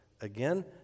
Again